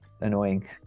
annoying